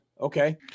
Okay